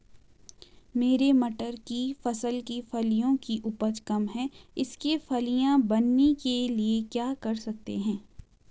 मेरी मटर की फसल की फलियों की उपज कम है इसके फलियां बनने के लिए क्या कर सकते हैं?